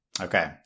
Okay